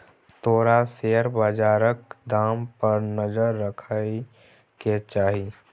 तोरा शेयर बजारक दाम पर नजर राखय केँ चाही